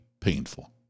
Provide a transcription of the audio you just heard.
painful